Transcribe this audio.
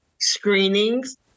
screenings